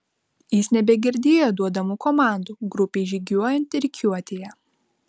jis nebegirdėjo duodamų komandų grupei žygiuojant rikiuotėje